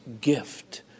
gift